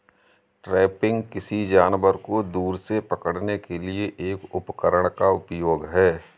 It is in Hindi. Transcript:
ट्रैपिंग, किसी जानवर को दूर से पकड़ने के लिए एक उपकरण का उपयोग है